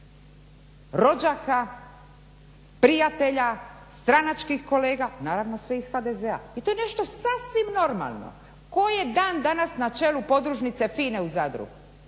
rođaka, prijatelja, stranačkih kolega naravno sve iz HDZ-a i to je nešto sasvim normalno. Tko je dan danas na čelu podružnice FINA-e u Zadru?